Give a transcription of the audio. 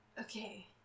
Okay